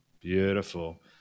Beautiful